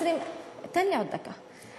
תן לי עוד דקה.